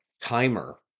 timer